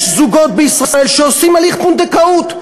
יש זוגות בישראל שעושים הליך פונדקאות.